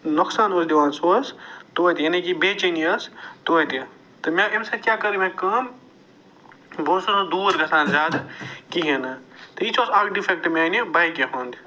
نۄقصان اوس دِوان سُہ اوس توتہِ یعنی کہِ بے چینی ٲس توتہِ تہٕ مےٚ اَمہِ سۭتۍ کیٛاہ کٔر مےٚ کٲم بہٕ اوسُس نہٕ دوٗر گَژھان زیادٕ کِہیٖنٛۍ نہٕ تہٕ یہِ تہِ اوس اکھ ڈِفٮ۪کٹہٕ میٛانہِ بایکہِ ہُنٛد